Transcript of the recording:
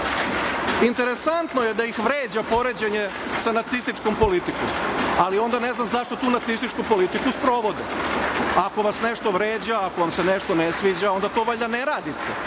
11.00-11.10Interesantno je da ih vređa poređenje sa nacističkom politikom, ali onda ne znam zašto tu nacističku politiku sprovode. Ako vas nešto vređa, ako vam se nešto ne sviđa, onda to valjda ne radite,